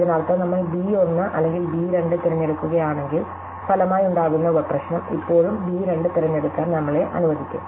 ഇതിനർത്ഥം നമ്മൾ' ബി 1 അല്ലെങ്കിൽ ബി 2 തിരഞ്ഞെടുക്കുകയാണെങ്കിൽ ഫലമായുണ്ടാകുന്ന ഉപ പ്രശ്നം ഇപ്പോഴും ബി 2 തിരഞ്ഞെടുക്കാൻ നമ്മളെ അനുവദിക്കും